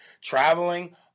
traveling